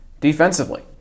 defensively